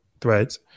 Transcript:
threads